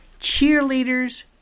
cheerleaders